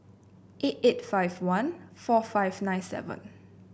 eight eight five one four five nine seven